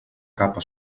capa